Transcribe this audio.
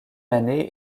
année